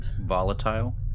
Volatile